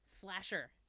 Slasher